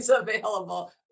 available